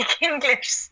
English